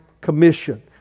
Commission